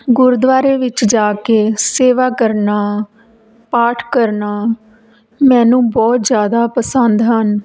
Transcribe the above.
ਗੁਰਦੁਆਰੇ ਵਿੱਚ ਜਾ ਕੇ ਸੇਵਾ ਕਰਨਾ ਪਾਠ ਕਰਨਾ ਮੈਨੂੰ ਬਹੁਤ ਜ਼ਿਆਦਾ ਪਸੰਦ ਹਨ